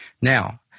Now